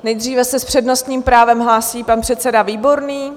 Nejdříve se s přednostním právem hlásí pan předseda Výborný.